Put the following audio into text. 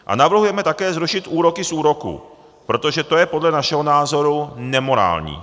A navrhujeme také zrušit úroky z úroků, protože to je podle našeho názoru nemorální.